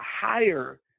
higher